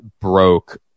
broke